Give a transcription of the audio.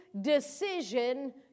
decision